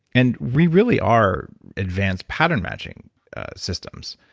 and we really are advanced pattern matching systems.